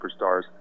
superstars